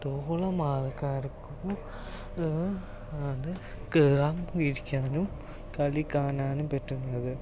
തോളം ആൾക്കാർക്കും അത് കേറാനും ഇരിക്കാനും കളി കാണാനും പറ്റുന്നത്